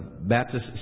Baptist